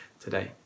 today